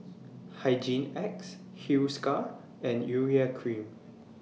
Hygin X Hiruscar and Urea Cream